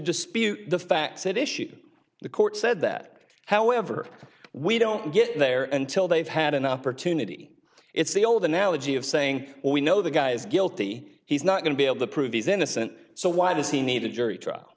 dispute the facts it issues the court said that however we don't get there and till they've had an opportunity it's the old analogy of saying we know the guy is guilty he's not going to be able to prove he's innocent so why does he need a jury trial